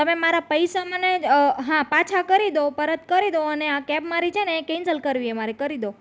તમે મારા પૈસા મને હા પાછા કરી દો પરત કરી દો અને આ કેબ મારી છે ને એ કેન્સલ કરવી છે મારે કરી દો